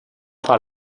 part